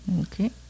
Okay